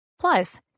Plus